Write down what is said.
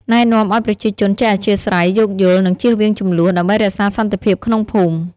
ណែនាំឲ្យប្រជាជនចេះអធ្យាស្រ័យ យោគយល់ និងជៀសវាងជម្លោះ ដើម្បីរក្សាសន្តិភាពក្នុងភូមិ។